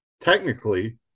technically